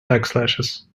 backslashes